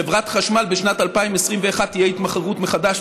בחברת החשמל בשנת 2021 תהיה התמחרות מחדש,